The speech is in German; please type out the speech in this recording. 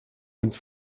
uns